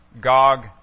Gog